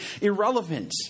irrelevant